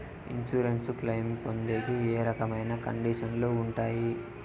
Insurance claim పొందేకి ఏ రకమైన కండిషన్లు ఉంటాయి?